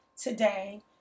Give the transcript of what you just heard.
today